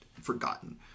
forgotten